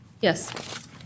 Yes